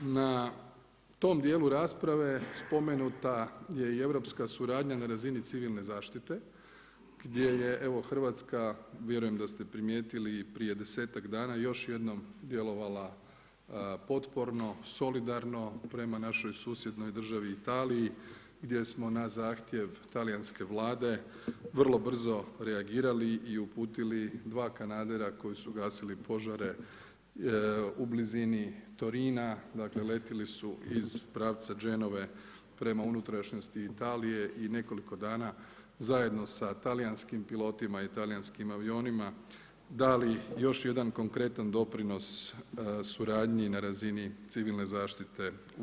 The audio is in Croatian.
Na tom dijelu rasprave spomenuta je i europska suradnja na razini civilne zaštite gdje je evo Hrvatska, vjerujem da ste primijetili i prije 10-ak dana još jednom djelovala potporno, solidarno prema našoj susjednog državi Italiji gdje smo na zahtjeve Talijanske vlade vrlo brzo reagirali i uputili dva kanadera koji su glasili požare u blizini Torina, dakle letjeli su iz pravca Genove prema unutrašnjosti Italije i nekoliko dana zajedno sa talijanskim pilotima i talijanskim avionima dali još jedan konkretan doprinos suradnji na razini civilne zaštite u EU.